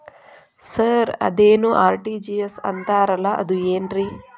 Sir ಅದೇನು RTGS ಅಂತಾರಲಾ ಅದು ಏನ್ರಿ?